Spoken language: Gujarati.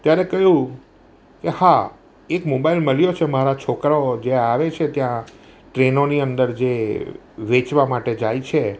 ત્યારે કહ્યું કે હા એક મોબાઈલ મળ્યો છે મારા છોકરાઓ જે આવે છે ત્યાં ટ્રેનોની અંદર જે વેચવા માટે જાય છે